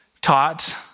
taught